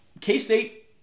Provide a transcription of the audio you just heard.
K-State